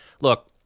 Look